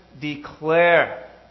declare